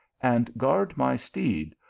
and guard my steed,